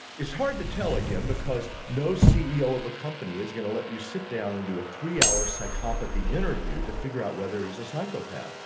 it's hard to tell again, because no ceo of a company is going to let you sit down and do a three hour psychopathy interview to figure out whether he is a psychopath.